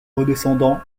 redescendant